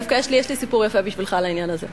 דווקא יש לי סיפור יפה בשבילך על העניין הזה.